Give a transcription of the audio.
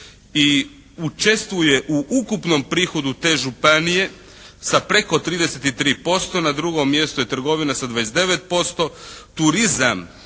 I učestvuje u ukupnom prihodu te županije sa preko 33%, na drugom mjestu je trgovina sa 29%, turizam,